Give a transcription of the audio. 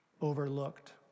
overlooked